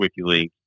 WikiLeaks